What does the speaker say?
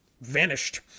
vanished